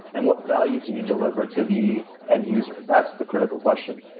and what value can you deliver to the end user? that's the critical question.